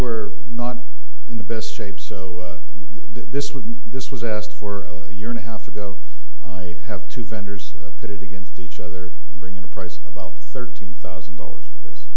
were not in the best shape so this wouldn't this was asked for a year and a half ago i have two vendors pitted against each other and bring in a price about thirteen thousand dollars for this